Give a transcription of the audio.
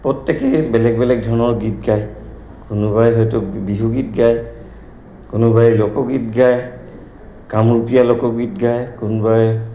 প্ৰত্যেকেই বেলেগ বেলেগ ধৰণৰ গীত গায় কোনোবাই হয়তো বিহুগীত গায় কোনোবাই লোকগীত গায় কামৰূপীয়া লোকগীত গায় কোনোবাই